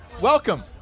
Welcome